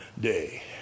day